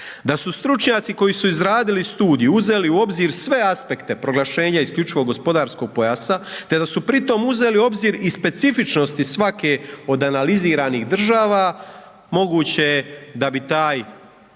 Da su stručnjaci koji su izradili studiju uzeli u obzir sve aspekte proglašenja isključivog gospodarskog pojasa te da su pri tome uzeli u obzir i specifičnosti svake od analiziranih država, moguće je da bi taj